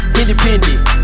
independent